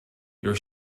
your